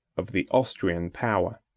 of the austrian power.